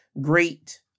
great